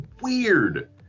weird